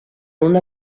una